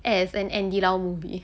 as an andy lau movie